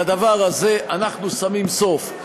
לדבר הזה אנחנו שמים סוף.